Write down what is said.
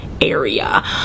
area